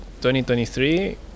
2023